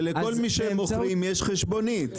ולכל מי שהם מוכרים יש חשבונית.